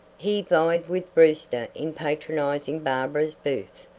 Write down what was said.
he vied with brewster in patronizing barbara's booth,